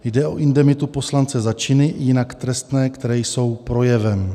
Jde o indemitu poslance za činy jinak trestné, které jsou projevem.